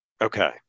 Okay